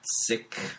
sick